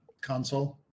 console